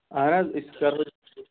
اَہن حظ أسۍ کَرو